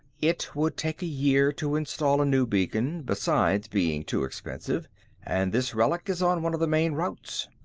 it would take a year to install a new beacon besides being too expensive and this relic is on one of the main routes.